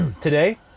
today